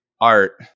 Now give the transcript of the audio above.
art